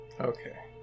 Okay